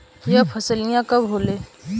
यह फसलिया कब होले?